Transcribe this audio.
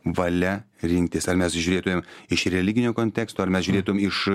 valia rinktis ar mes žiūrėtumėm iš religinio konteksto ar mes žiūrėtum iš